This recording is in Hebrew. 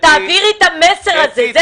תעבירי את המסר הזה.